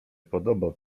podobał